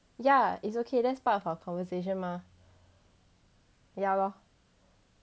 ya it's okay that's part of our conversation mah ya lor